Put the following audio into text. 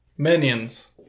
Minions